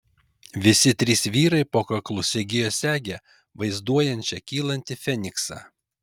visi trys vyrai po kaklu segėjo segę vaizduojančią kylantį feniksą